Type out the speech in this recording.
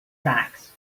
facts